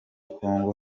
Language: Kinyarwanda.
kongo